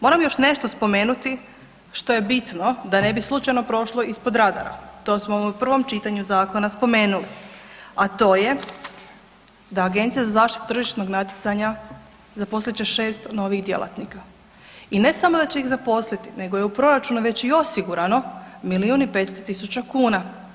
Moram još nešto spomenuti što je bitno da ne bi slučajno prošlo ispod radara, to smo u prvom čitanju zakona spomenuli, a to je da Agencija za zaštitu tržišnog natjecanja zaposlit će 6 novih djelatnika i ne samo da će ih zaposliti nego je u proračunu već i osigurano milijun i 500 tisuća kuna.